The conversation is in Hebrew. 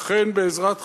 אכן, בעזרת חברים,